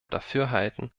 dafürhalten